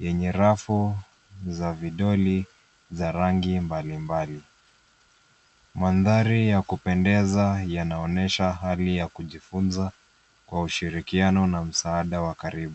yenye rafu za vidoli , za rangi mbalimbali. Mandhari ya kupendeza yanaonesha hali ya kujifunza, kwa ushirikiano na msaada wa karibu.